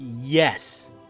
Yes